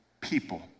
people